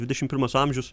dvidešim pirmas amžius